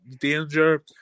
danger